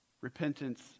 Repentance